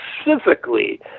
specifically